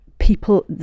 people